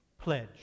Pledge